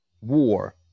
war